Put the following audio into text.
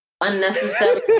unnecessary